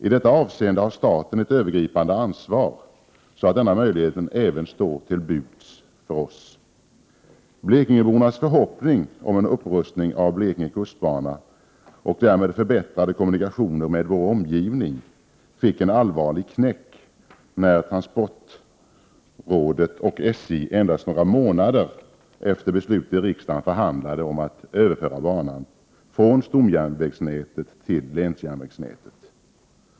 I detta avseende har staten ett övergripande ansvar för att denna möjlighet även står till buds för oss. Blekingebornas förhoppning om en upprustning av Blekinge kustbana och därmed förbättrade kommunikationer med vår omgivning fick en allvarlig knäck när transportrådet och SJ endast några månader efter beslutet i riksdagen förhandlade om att överföra banan från stomjärnvägsnätet till länsjärnvägsnätet.